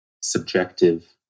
subjective